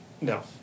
no